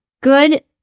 Good